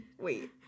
Wait